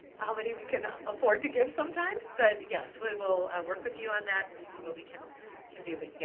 how many we can afford to give sometimes, but yes, we will work with you on that and see what we can can do. but yes,